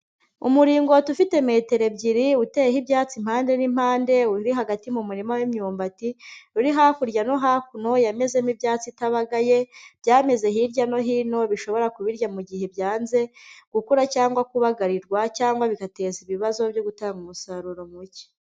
Umuringoti ufite metero ebyiri, uteyeho ibyatsi impande n'impande, uri hagati mu murima w'imyumbati, uri hakurya no hakuno, yamezemo ibyatsi itabagaye, byameze hirya no hino bishobora kubirya mu gihe byanze gukura cyangwa kubagarirwa, cyangwa bigateza ibibazo byo gutanga umusaruro muke.